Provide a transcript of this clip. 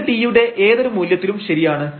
ഇത് t യുടെ ഏതൊരു മൂല്യത്തിലും ശരിയാണ്